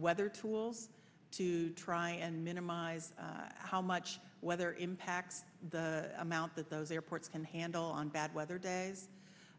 whether tools to try and minimize how much weather impact the amount that those airports can handle on bad weather days